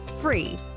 free